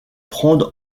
prendre